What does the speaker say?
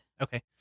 Okay